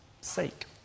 sake